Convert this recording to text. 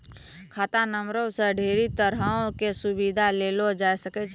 खाता नंबरो से ढेरी तरहो के सुविधा लेलो जाय सकै छै